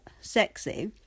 sexy